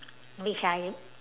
which I